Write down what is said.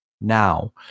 now